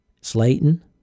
Slayton